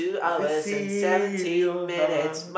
I can see in your heart